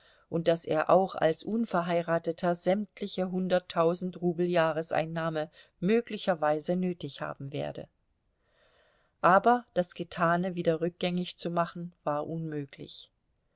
und daß er auch als unverheirateter sämtliche hunderttausend rubel jahreseinnahme möglicherweise nötig haben werde aber das getane wieder rückgängig zu machen war unmöglich